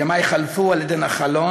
// ימי חלפו על אדן החלון,